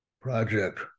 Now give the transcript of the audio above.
project